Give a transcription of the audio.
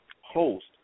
host